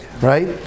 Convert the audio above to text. right